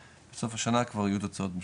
בסוף השנה כבר יהיו תוצאות משמעותיות.